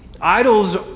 idols